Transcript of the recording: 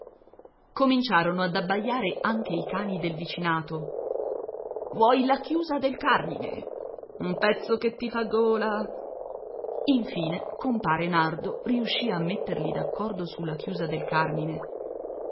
cominciarono ad abbaiare anche i cani del vicinato vuoi la chiusa del carmine un pezzo che ti fa gola infine compare nardo riuscì a metterli d'accordo sulla chiusa del carmine